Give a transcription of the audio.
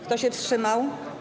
Kto się wstrzymał?